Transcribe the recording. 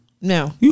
No